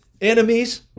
enemies